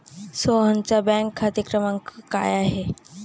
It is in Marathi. सोहनचा बँक खाते क्रमांक काय आहे?